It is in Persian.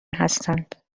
هستند